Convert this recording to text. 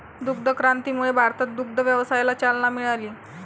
दुग्ध क्रांतीमुळे भारतात दुग्ध व्यवसायाला चालना मिळाली